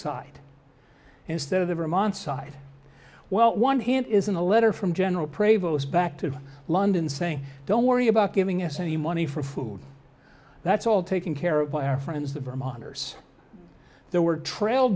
side instead of the vermont side well one isn't a letter from general prevost back to london saying don't worry about giving us any money for food that's all taken care of by our friends the vermonters there were trail